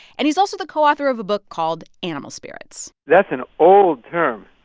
and he's also the co-author of a book called animal spirits. that's an old term.